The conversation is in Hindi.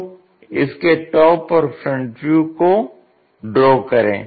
तो इसके टॉप और फ्रंट व्यू को ड्रॉ करें